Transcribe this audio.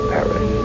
Paris